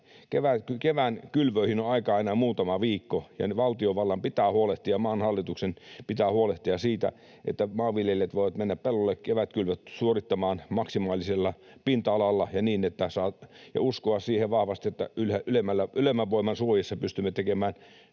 Kevään kylvöihin on aikaa enää muutama viikko, ja valtiovallan, maan hallituksen, pitää huolehtia siitä, että maanviljelijät voivat mennä pelloille kevätkylvöt suorittamaan maksimaalisella pinta-alalla ja uskoa siihen vahvasti, että ylemmän voiman suojissa pystymme tekemään